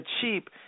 cheap